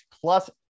plus